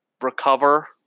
recover